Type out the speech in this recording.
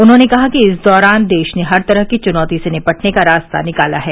उन्होंने कहा कि इस दौरान देश ने हर तरह की चुनौती से निपटने का रास्ता निकाला है